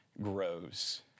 grows